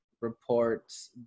reports